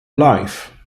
life